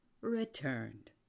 returned